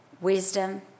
wisdom